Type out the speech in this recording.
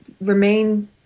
remain